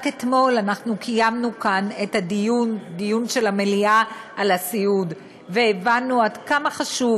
רק אתמול קיימנו כאן דיון של המליאה על הסיעוד והבנו עד כמה חשוב